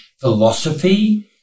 philosophy